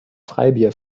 freibier